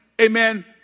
amen